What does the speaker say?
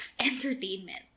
entertainment